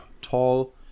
tall